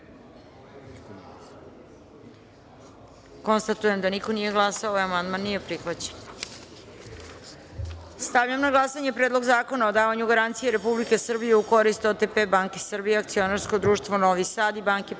glasanje. Konstatujem da niko nije glasao. Amandman nije prihvaćen. Stavljam na glasanje Predlog zakona o davanju garancije Republike Srbije u korist OTP banke Srbija akcionarsko društvo Novi Sad i Banke